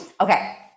Okay